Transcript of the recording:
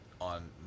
on